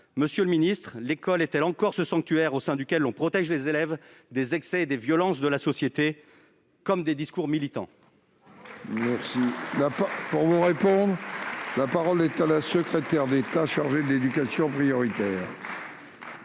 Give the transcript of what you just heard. monsieur le ministre, l'école est-elle encore ce sanctuaire au sein duquel on protège les élèves des excès et des violences de la société, comme des discours militants ?